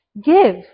give